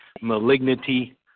malignity